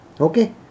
Okay